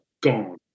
Gone